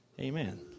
Amen